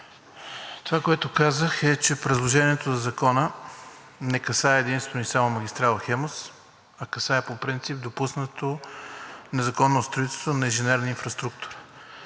Това, което казах, е, че предложението за Закона не касае единствено и само магистрала „Хемус“, а касае по принцип допуснато незаконно строителство на инженерна инфраструктура,